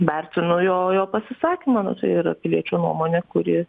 vertinu jo jo pasisakymą nu tai yra piliečio nuomonė kuri